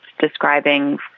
describing